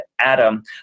Adam